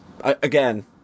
again